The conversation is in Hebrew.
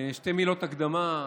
שתי מילות הקדמה,